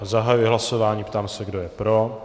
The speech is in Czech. Zahajuji hlasování a ptám se, kdo je pro.